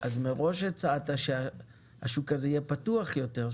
אז מראש הצעת שהשוק הזה יהיה פתוח יותר,